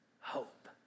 hope